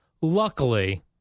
Luckily